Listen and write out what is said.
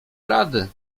rady